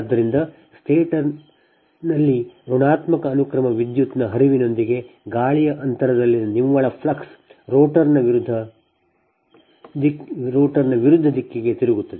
ಆದ್ದರಿಂದ ಸ್ಟೇಟರ್ನಲ್ಲಿ ಋಣಾತ್ಮಕ ಅನುಕ್ರಮ ವಿದ್ಯುತ್ನ ಹರಿವಿನೊಂದಿಗೆ ಗಾಳಿಯ ಅಂತರದಲ್ಲಿನ ನಿವ್ವಳ ಫ್ಲಕ್ಸ್ ರೋಟರ್ನ ವಿರುದ್ಧ ದಿಕ್ಕಿಗೆ ತಿರುಗುತ್ತದೆ